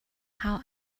how